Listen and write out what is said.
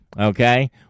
okay